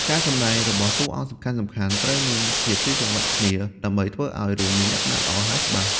ការសម្ដែងរបស់តួអង្គសំខាន់ៗត្រូវមានភាពស៊ីសង្វាក់គ្នាល្អ ដើម្បីធ្វើឲ្យរឿងមានលក្ខណៈល្អ ហើយច្បាស់។